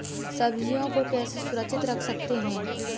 सब्जियों को कैसे सुरक्षित रख सकते हैं?